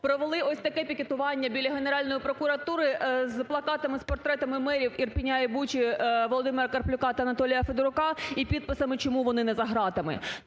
провели ось таке пікетування біля Генеральної прокуратури з плакатами, з портретами мерів Ірпеня і Бучі Володимира Карплюка та Анатолія Федорука і підписами чому вони не за гратами.